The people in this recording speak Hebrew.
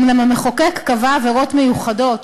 אומנם המחוקק קבע עבירות מיוחדות